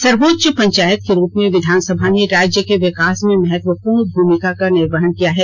सर्वोच्च पंचायत के रूप में विधानसभा ने राज्य के विकास में महत्वपूर्ण भूमिका का निर्वहन किया है